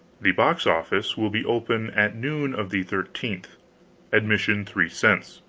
the box-office will be open at noon of the thirteenth ad mission three cents,